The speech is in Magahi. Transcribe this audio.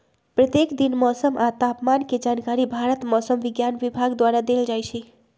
प्रत्येक दिन मौसम आ तापमान के जानकारी भारत मौसम विज्ञान विभाग द्वारा देल जाइ छइ